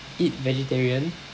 eat vegetarian